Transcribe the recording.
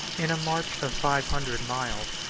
in a march of five hundred miles,